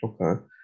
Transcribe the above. okay